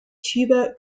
tuba